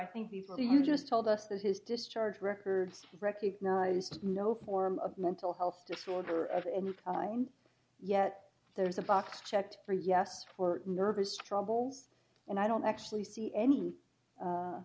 i think before you just told us that his discharge records recognize no form of mental health disorder of any times yet there's a box checked for yes for nervous trouble and i don't actually see any